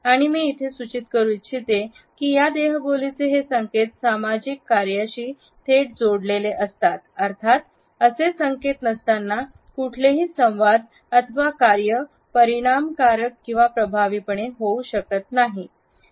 आणि इथे मी सुचित करू इच्छिते ये कि देहबोलीचे हे संकेत सामाजिक कार्यशील थेट जोडलेले असतात अर्थात असे संकेत नसताना कुठलेही संवाद अथवा कार्य परिणाम कारक किंवा प्रभावशाली होऊ शकत नाही